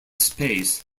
space